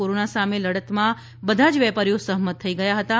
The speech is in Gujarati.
કોરોના સામે લડતમાં બધા વેપારીઓ સહમત થઈ ગયા હતાં